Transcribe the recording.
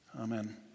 Amen